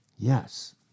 Yes